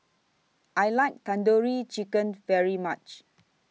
I like Tandoori Chicken very much